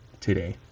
today